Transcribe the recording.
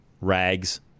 rags